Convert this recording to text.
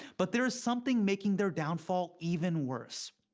but there's something making their downfall even worse.